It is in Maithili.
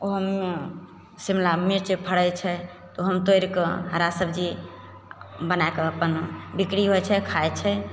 ओहोमे शिमला मिर्च फड़ैत छै तऽ हम तोड़िकऽ हरा सबजी बनाकऽ अपन बिक्री होइत छै खाइत छै